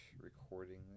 recording